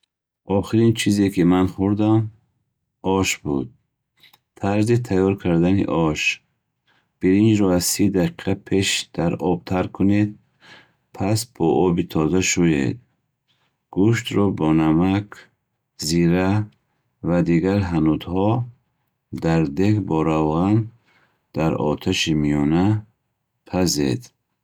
Охирин чизе, ки ман хурдам, ош буд. Тарзи тайёр кардани ош. Биринҷро аз си дақиқа пеш дар об тар кунед, пас бо оби тоза шуед. Гӯштро бо намак, зира ва дигар ҳанутҳо дар дег бо равған дар оташи миёна пазед.